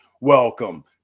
welcome